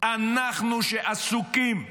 אנחנו, שעסוקים בסנגור,